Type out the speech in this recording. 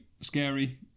scary